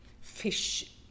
Fish